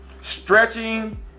Stretching